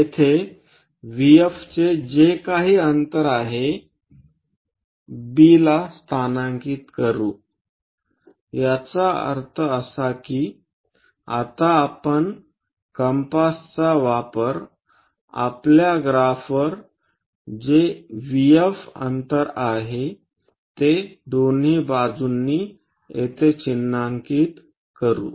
येथे VF चे जे काही अंतर आहे B ला स्थानांकित करू याचा अर्थ असा की आता आपण कंपासचा वापर करू आपल्या ग्राफवर जे VF अंतर आहे ते दोन्ही बाजूंनी येथे चिन्हांकित करू